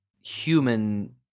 human